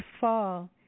fall